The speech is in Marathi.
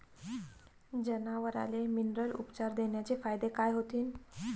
जनावराले मिनरल उपचार देण्याचे फायदे काय होतीन?